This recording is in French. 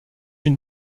une